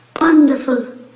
wonderful